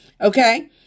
okay